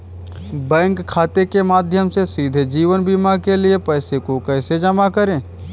Bank खाते के माध्यम से सीधे जीवन बीमा के लिए पैसे को कैसे जमा करें?